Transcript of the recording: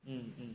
mm